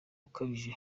ukabije